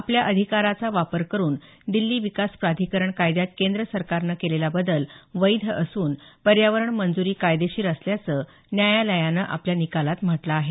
आपल्या अधिकाराचा वापर करुन दिल्ली विकास प्राधिकरण कायद्यात केंद्र सरकारने केलेला बदल वैध असून पर्यावरण मंजुरी कायदेशीर असल्याचं न्यायालयानं आपल्या निकालात म्हटलं आहे